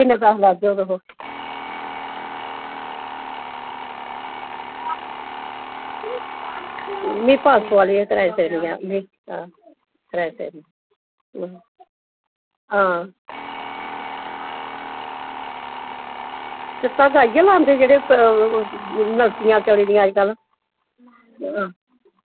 किन्नें पैसे लैंदे हो तुस में पंज सौ आह्ली गै कराई सकनी आं हां हां तुस धागा इयै लांदे जेह्ड़ा नलकियां चली दियां अजकल